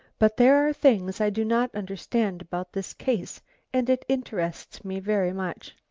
but there are things i do not understand about this case and it interests me very much.